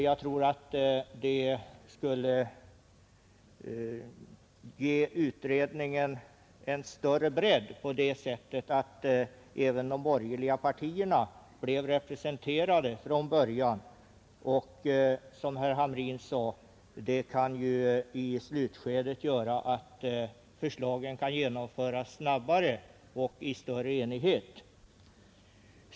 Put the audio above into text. Jag tror att det skulle ge utredningen en större bredd, om även de borgerliga partierna blev representerade från början, och det kan i slutskedet medföra att förslagen kan genomföras snabbare och i större enighet.